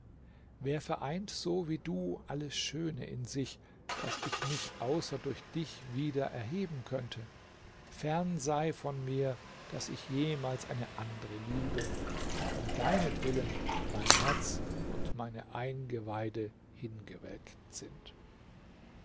wer vereint so wie du alles schöne in sich daß ich mich außer durch dich wieder erheben könnte fern sei von mir daß ich jemals eine andre liebe da um deinetwillen mein herz und meine eingeweide hingewelkt sind